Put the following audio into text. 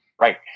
Right